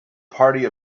party